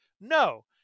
No